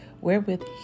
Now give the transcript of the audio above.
wherewith